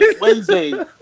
Wednesday